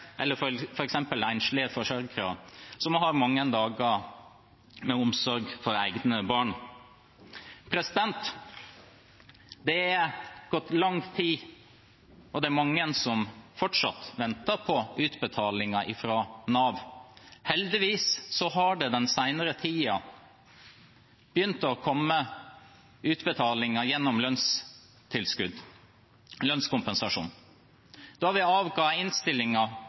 forsørgere som har mange dager med omsorg for egne barn. Det har gått lang tid, og det er mange som fortsatt venter på utbetalinger fra Nav. Heldigvis har det den senere tiden begynt å komme utbetalinger gjennom lønnskompensasjon. Da vi avga